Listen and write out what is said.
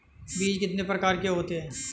बीज कितने प्रकार के होते हैं?